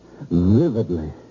vividly